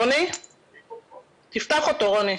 רוני, בבקשה.